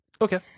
Okay